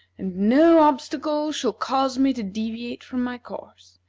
and no obstacle shall cause me to deviate from my course.